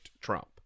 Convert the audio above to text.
Trump